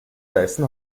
weißen